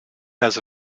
has